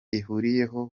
ihuriyeho